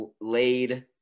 laid